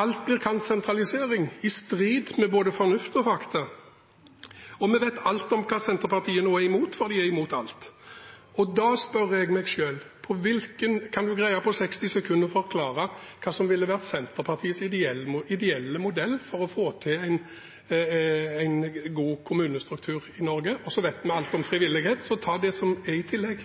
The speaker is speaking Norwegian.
Alt blir kalt sentralisering – i strid med både fornuft og fakta – og vi vet alt om hva Senterpartiet nå er imot, for de er imot alt. Da spør jeg meg: Kan representanten Greni på 60 sekunder greie å forklare hva som ville vært Senterpartiets ideelle modell for å få til en god kommunestruktur i Norge? Nå vet vi alt om frivillighet, så ta det som kommer i tillegg.